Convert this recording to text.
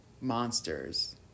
monsters